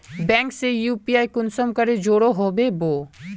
Bank से UPI कुंसम करे जुड़ो होबे बो?